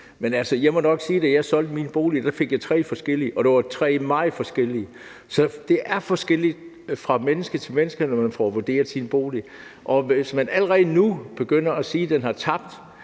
jeg må nok sige, at da jeg solgte min bolig, fik jeg tre vurderinger, og de var meget forskellige. Så det er forskelligt fra menneske til menneske, når man får vurderet sin bolig. Og selv om man allerede nu begynder at sige, at de har tabt